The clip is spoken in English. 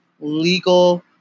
legal